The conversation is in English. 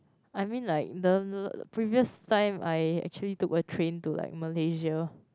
I mean like the previous time I actually took a train to like Malaysia